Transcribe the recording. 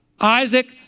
Isaac